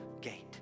gate